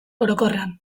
orokorrean